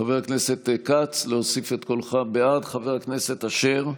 חבר הכנסת כץ, להוסיף את קולך בעד, חבר הכנסת אשר,